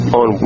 on